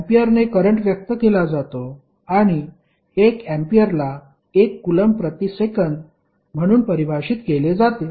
ampere ने current व्यक्त केला जातो आणि 1 अँपिअरला 1 कुलम्ब प्रति सेकंद म्हणून परिभाषित केले जाते